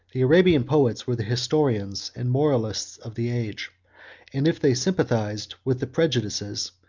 the arabian poets were the historians and moralists of the age and if they sympathized with the prejudices,